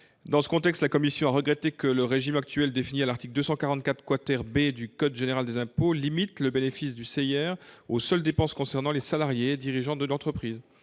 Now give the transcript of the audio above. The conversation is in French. Dans ce contexte, la commission a regretté que le régime actuel, défini à l'article 244 B du code général des impôts, limite le bénéfice du CIR aux seules dépenses concernant les salariés et dirigeants de l'entreprise,